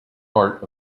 part